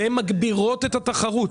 והן מגבירות את התחרות,